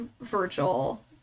virgil